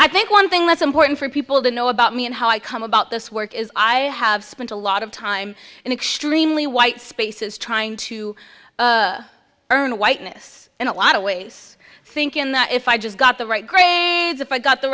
i think one thing that's important for people to know about me and how i come about this work is i have spent a lot of time in extremely white spaces trying to earn whiteness and a lot of ways thinking that if i just got the right grades if i got the